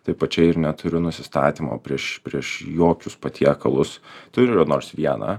taip pačiai ir neturiu nusistatymo prieš prieš jokius patiekalus turiu nors vieną